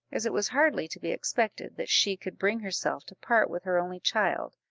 as it was hardly to be expected that she could bring herself to part with her only child,